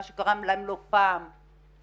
מה שגרם להם לא פעם לסיבוך